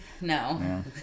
No